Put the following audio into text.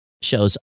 shows